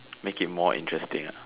make it more interesting ah